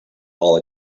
all